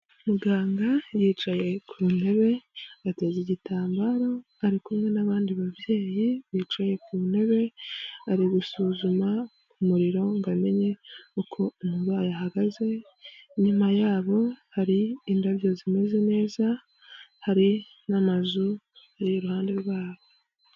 Muganga yicaye ku ntebe, yateze igitambaro, ari kumwe n'abandi babyeyi, bicaye ku ntebe, ari gusuzuma umuriro ngo amenye uko umurwayi ahagaze, inyuma y'abo hari indabyo zimeze neza, hari n'amazu ari iruhande rw'abo.